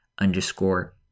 underscore